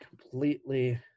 completely